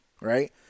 Right